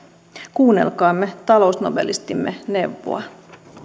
kuunnelkaamme talousnobelistimme neuvoa